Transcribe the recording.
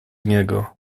niego